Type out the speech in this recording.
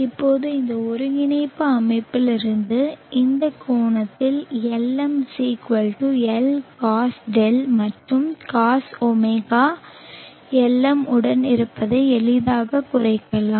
இப்போது இந்த ஒருங்கிணைப்பு அமைப்பிலிருந்து இந்த கோணத்தின் Lm L cos δ மற்றும் cosω Lm உடன் இருப்பதை எளிதாகக் குறைக்கலாம்